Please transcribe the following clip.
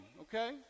okay